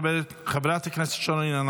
חברת הכנסת יוליה מלינובסקי,